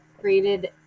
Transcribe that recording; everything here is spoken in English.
created